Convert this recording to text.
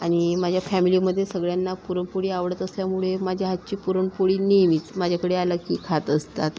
आणि माझ्या फॅमिलीमध्ये सगळ्यांना पुरणपोळी आवडत असल्यामुळे माझ्या हातची पुरणपोळी नेहमीच माझ्याकडे आलं की खात असतात